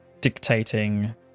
dictating